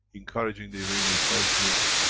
encouraging the iranian president,